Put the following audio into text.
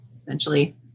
Essentially